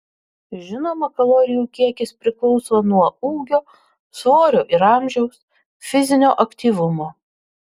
žinoma kalorijų kiekis priklauso nuo ūgio svorio ir amžiaus fizinio aktyvumo